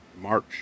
March